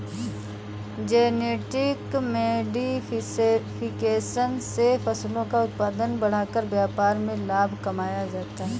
genetic modification से फसलों का उत्पादन बढ़ाकर व्यापार में लाभ कमाया जाता है